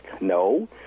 No